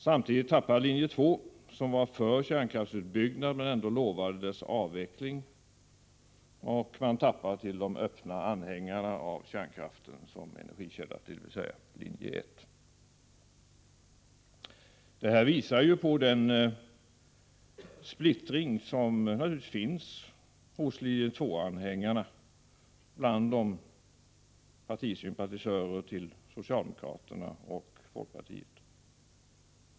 Samtidigt tappar linje 2, som var för kärnkraftsutbyggnad men ändå lovade dess avveckling, till de öppna anhängarna av kärnkraft som energikälla, dvs. till linje 1. Detta visar på den splittring som naturligtvis finns hos linje 2-anhängarna, dvs. bland dem som sympatiserar med socialdemokraterna och folkpartiet.